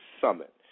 summit